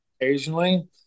Occasionally